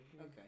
Okay